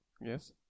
Yes